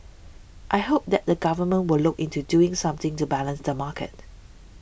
I hope that the Government will look into doing something to balance the market